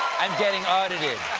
i'm getting audited.